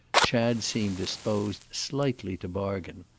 chad seemed disposed slightly to bargain.